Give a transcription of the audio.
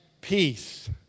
peace